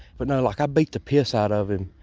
but no. like, i beat the piss out of him.